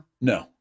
No